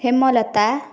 Hemalata